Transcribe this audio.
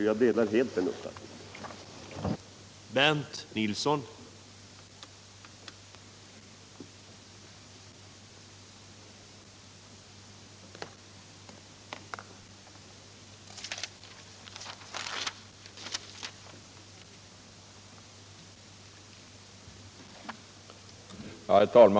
Jag delar helt den uppfattningen.